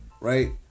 Right